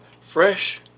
Fresh